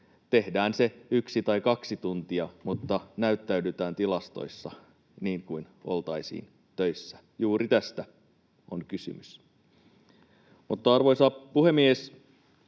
tehdään se yksi tai kaksi tuntia mutta näyttäydytään tilastoissa niin kuin oltaisiin töissä. Juuri tästä on kysymys. Arvoisa puhemies!